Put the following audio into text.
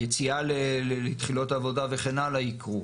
היציאה לתחילת עבודה וכן הלאה יקרו.